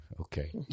Okay